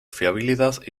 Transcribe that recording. fiabilidad